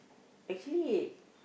actually